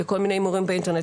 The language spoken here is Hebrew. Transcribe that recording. באינטרנט,